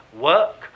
work